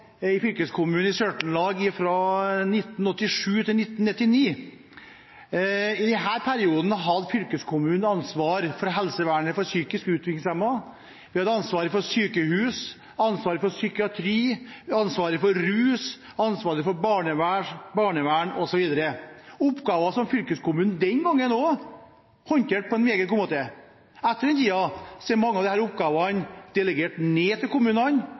i fylkeskommunen i Sør-Trøndelag fra 1987 til 1999. I denne perioden hadde fylkeskommunene ansvar for helsevernet for psykisk utviklingshemmede, de hadde ansvaret for sykehus, for psykiatri, for rusfeltet, for barnevernet, osv. – oppgaver som fylkeskommunen også den gangen håndterte på en meget god måte. Etter den tid er mange av disse oppgavene delegert ned til kommunene,